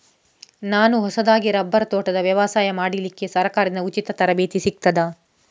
ನಾನು ಹೊಸದಾಗಿ ರಬ್ಬರ್ ತೋಟದ ವ್ಯವಸಾಯ ಮಾಡಲಿಕ್ಕೆ ಸರಕಾರದಿಂದ ಉಚಿತ ತರಬೇತಿ ಸಿಗುತ್ತದಾ?